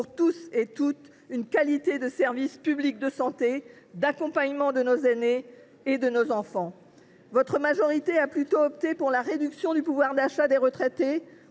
pour garantir à tous une qualité de service public de santé, d’accompagnement de nos aînés ou de nos enfants. Votre majorité a plutôt opté pour la réduction du pouvoir d’achat des retraités